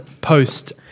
post